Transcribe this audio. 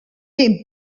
den